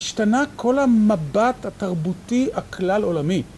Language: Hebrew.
השתנה כל המבט התרבותי הכלל עולמי.